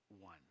one